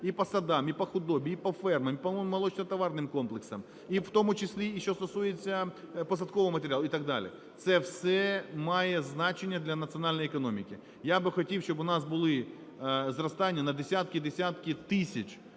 і по садам, і по худобі, і по фермам, і молочнотоварним комплексам, і в тому числі, і що стосується посадкового матеріалу, і так далі. Це все має значення для національної економіки. Я би хотів, щоби в нас були зростання на десятки-десятки тисяч